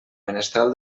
menestral